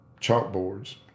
chalkboards